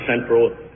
Central